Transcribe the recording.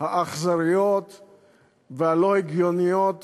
האכזריות והלא-הגיוניות